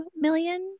million